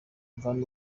mvana